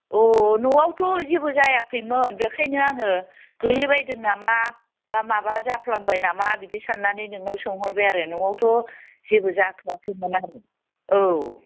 अ न'आवथ' जेबो जायाखैमोन बेखायनो आङो गोलैबायदों नामा बा माबा जाफ्लांबाय नामा बिदि साननानै नोंनाव सोंहरबाय आरो न'आवथ' जेबो जाथ'वाखैमोन आरो औ